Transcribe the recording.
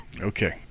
Okay